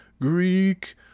Greek